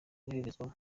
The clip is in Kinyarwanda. koherezwa